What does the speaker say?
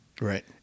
Right